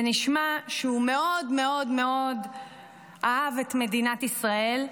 זה נשמע שהוא מאוד מאוד אהב את מדינת ישראל,